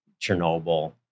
Chernobyl